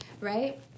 Right